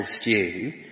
stew